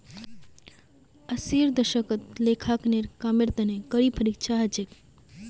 अस्सीर दशकत लेखांकनेर कामेर तने कड़ी परीक्षा ह छिले